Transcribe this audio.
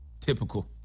Typical